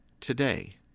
today